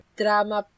drama